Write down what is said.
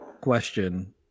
question